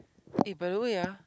eh by the way ah